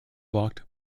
blocked